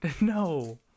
No